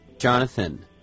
Jonathan